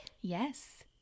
Yes